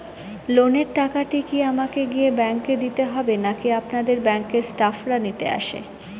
লোনের টাকাটি কি আমাকে গিয়ে ব্যাংক এ দিতে হবে নাকি আপনাদের ব্যাংক এর স্টাফরা নিতে আসে?